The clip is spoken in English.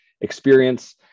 experience